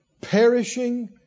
Perishing